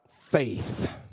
faith